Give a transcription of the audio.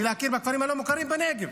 ולהכיר בכפרים הלא-מוכרים בנגב.